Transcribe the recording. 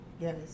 Yes